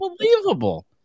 unbelievable